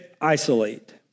isolate